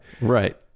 Right